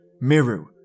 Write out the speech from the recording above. Miru